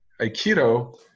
Aikido